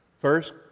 First